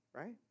right